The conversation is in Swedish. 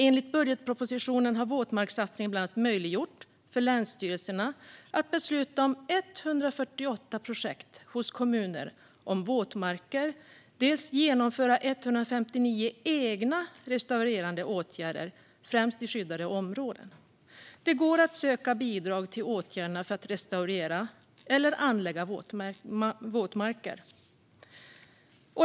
Enligt budgetpropositionen har våtmarkssatsningen bland annat möjliggjort för länsstyrelserna att besluta om 148 projekt hos kommuner om våtmarker och att genomföra 159 egna restaurerande åtgärder, främst i skyddade områden. Det går att söka bidrag till åtgärderna för att restaurera eller anlägga våtmarker.